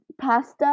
pasta